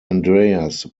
andreas